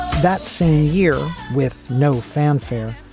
that same year, with no fanfare,